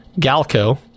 galco